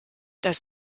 das